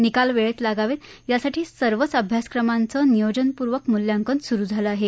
निकाल वेळेत लागावेत यासाठी सर्वच अभ्यासक्रमांचे नियोजनपूर्वक मूल्यांकन सुरु झालं आहे